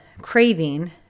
craving